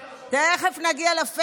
אתם לא יודעים מה יש בו.